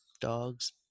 dogs